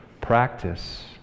practice